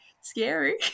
scary